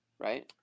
right